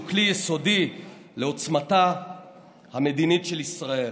שהוא כלי יסודי בעוצמתה המדינית של ישראל.